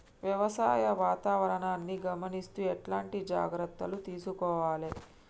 వ్యవసాయ వాతావరణాన్ని గమనిస్తూ ఎట్లాంటి జాగ్రత్తలు తీసుకోవాలే?